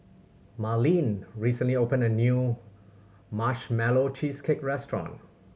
Merlene recently opened a new Marshmallow Cheesecake restaurant